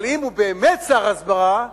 אבל אם הוא באמת שר הסברה,